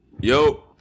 Yo